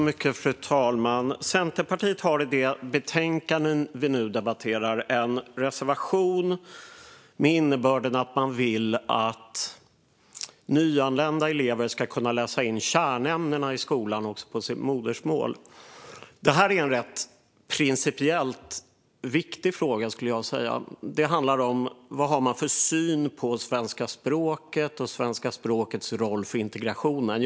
Fru talman! Centerpartiet har i det betänkande vi nu debatterar en reservation med innebörden att man vill att nyanlända elever ska kunna läsa in kärnämnena i skolan även på sitt modersmål. Detta är en principiellt rätt viktig fråga, skulle jag säga. Det handlar om vad man har för syn på svenska språket och dess roll för integrationen.